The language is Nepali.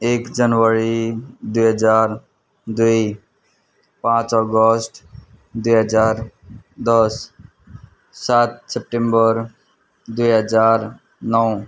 एक जनवरी दुई हजार दुई पाँच अगस्त दुई हजार दस सात सेप्टेम्बर दुई हजार नौ